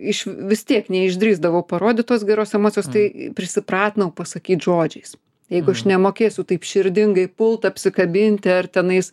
iš vis tiek neišdrįsdavo parodyt tos geros emocijos tai prisipratinau pasakyt žodžiais jeigu aš nemokėsiu taip širdingai pult apsikabinti ar tenais